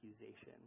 accusation